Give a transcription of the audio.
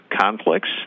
Conflicts